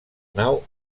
nau